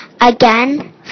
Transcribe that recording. Again